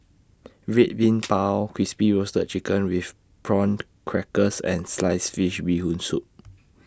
Red Bean Bao Crispy Roasted Chicken with Prawn Crackers and Sliced Fish Bee Hoon Soup